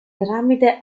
tramite